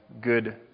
good